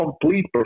complete